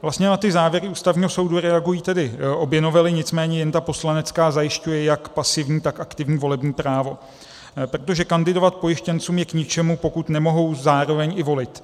Vlastně na ty závěry Ústavního soudu reagují obě novely, nicméně jen ta poslanecká zajišťuje jak pasivní, tak aktivní volební právo, protože kandidovat pojištěncům je k ničemu, pokud nemohou zároveň i volit.